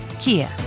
Kia